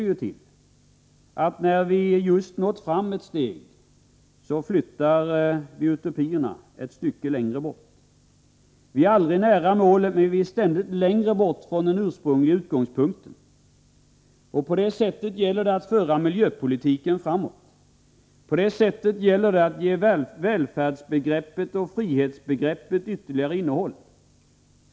Just när vi har nått fram ett steg, flyttar vi våra utopier ett stycke längre bort. Vi är aldrig nära målet — men vi är ständigt längre bort från den ursprungliga utgångspunkten. På det sättet gäller det att föra miljöpolitiken framåt. På det sättet gäller det att ge välfärdsbegreppet och frihetsbegreppet ytterligare innehåll.